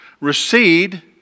recede